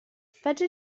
fedri